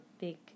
big